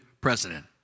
president